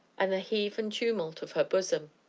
and the heave and tumult of her bosom.